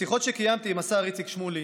משיחות עם השר איציק שמולי